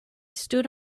stood